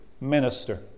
minister